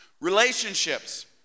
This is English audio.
Relationships